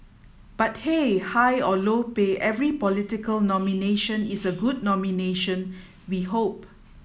but hey high or low pay every political nomination is a good nomination we hope